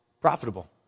Profitable